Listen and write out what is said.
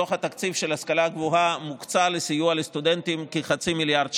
בתוך התקציב של ההשכלה הגבוהה מוקצה לסיוע לסטודנטים כחצי מיליארד שקל.